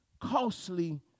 costly